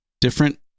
different